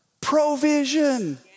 provision